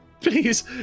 Please